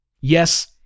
Yes